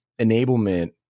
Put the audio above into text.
enablement